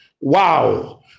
Wow